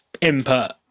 input